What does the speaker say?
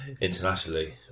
internationally